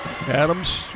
Adams